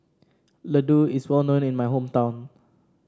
Ladoo is well known in my hometown